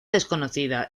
desconocida